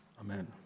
Amen